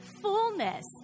fullness